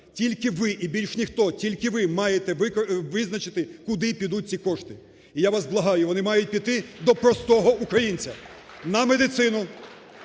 тільки ви і більш ніхто, тільки ви маєте визначити, куди підуть ці кошти. І я вас благаю, вони мають піти до простого українця, на медицину,